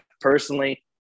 Personally